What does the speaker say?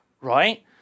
right